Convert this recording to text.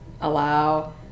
allow